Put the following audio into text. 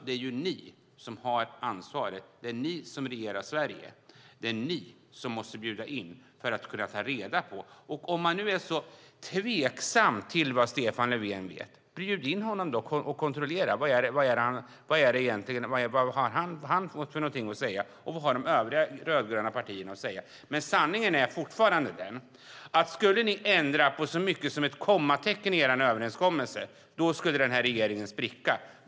Det är ju ni som har ansvaret. Det är ni som regerar Sverige. Det är ni som måste bjuda in till förhandlingar. Om ni nu är så tveksamma till vad Stefan Löfven vill, bjud då in honom och hör vad han har att säga. Och fråga också vad de övriga rödgröna partierna har att säga. Men sanningen är fortfarande den att skulle ni ändra på så mycket som ett kommatecken i er överenskommelse skulle regeringen spricka.